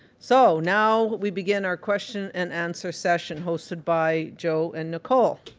so now we begin our question and answer session hosted by joe and nicole.